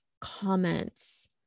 comments